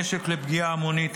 נשק לפגיעה המונית),